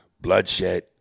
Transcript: Bloodshed